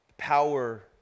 power